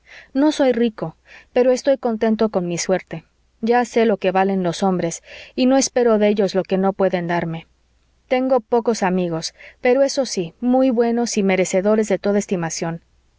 no soy rico pero estoy contento con mi suerte ya sé lo que valen los hombres y no espero de ellos lo que no pueden darme tengo pocos amigos pero eso sí muy buenos y merecedores de toda estimación